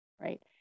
Right